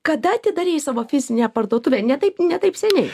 kada atidarei savo fizinę parduotuvę ne taip ne taip seniai